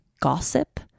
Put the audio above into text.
gossip